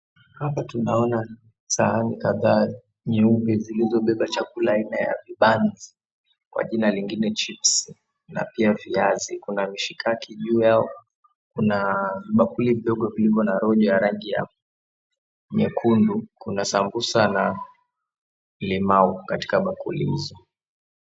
Hapa tunaona sahani kadhaa nyeupe zilizobeba chakula aina ya vibanzi kwa jina lingine chips , na pia viazi kuna mishikaki juu yao kuna vibakuli vidogo vilivyo na rojo ya rangi ya nyekundu kuna sambusa na limau katika bakuli hizo.